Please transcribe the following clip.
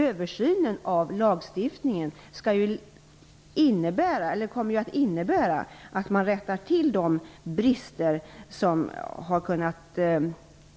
Översynen av lagstiftningen kommer att innebära att man rättar till de brister som har